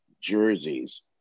jerseys